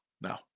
No